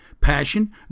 passion